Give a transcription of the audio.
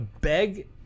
beg